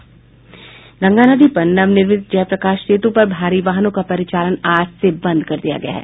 गंगा नदी पर नवनिर्मित जय प्रकाश सेतु पर भारी वाहनों का परिचालन आज से बंद कर दिया गया है